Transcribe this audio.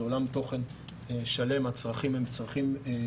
זה עולם תוכן שלם, הצרכים הם ייחודים.